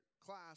class